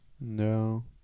No